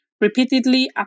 repeatedly